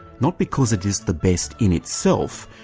not because it is the best in itself,